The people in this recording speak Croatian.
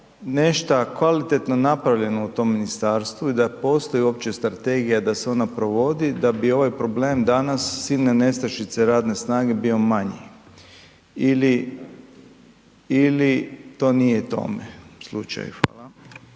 nešta kvalitetno napravljeno u tom ministarstvu i da postoji uopće strategija da se ona provodi da bi ovaj problem danas silne nestašice radne snage bio manji ili to nije tome slučaju? Hvala.